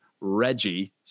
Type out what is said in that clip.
Reggie